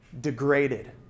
degraded